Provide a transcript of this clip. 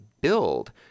build